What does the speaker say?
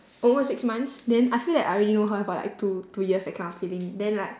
almost six months then I feel that I already know her for like two two years that kind of feeling then like